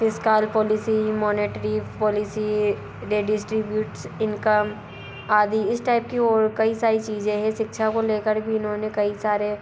fiscal policy monetary policy the distributes income आदि इस type के और कई सारी चीज़ें हैं शिक्षा को ले कर भी इन्होंने कई सारे